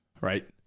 Right